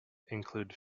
include